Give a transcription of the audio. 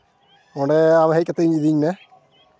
ᱚᱸᱰᱮ ᱟᱢ ᱦᱮᱡ ᱠᱟᱛᱮᱫ ᱤᱧ ᱤᱫᱤᱧ ᱢᱮ